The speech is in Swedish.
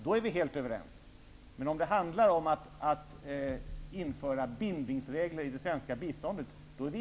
Men vi är inte överens om det handlar om att införa bindningsregler i det svenska biståndet.